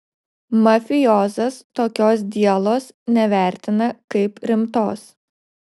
mafijozas tokios dielos nevertina kaip rimtos